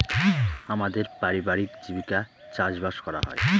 আমাদের পারিবারিক জীবিকা চাষবাস করা হয়